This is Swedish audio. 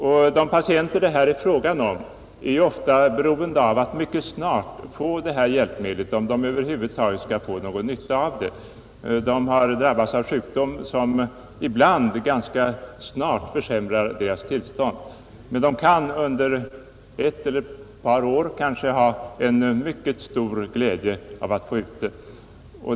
Och de patienter det här är fråga om är ju ofta beroende av att mycket snart få det här hjälpmedlet, om de över huvud taget skall ha någon nytta av det. De har drabbats av sjukdom som ibland ganska snart försämrar deras tillstånd, men de kan under ett eller ett par år ha mycket stor glädje av att få ut hjälpmedlet.